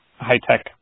high-tech